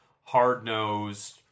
hard-nosed